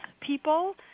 people